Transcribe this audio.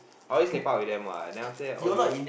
I always get pub with them what then after that all use